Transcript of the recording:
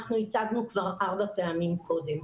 אנחנו הצגנו כבר ארבע פעמים קודם.